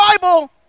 Bible